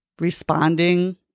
responding